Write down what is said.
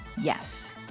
yes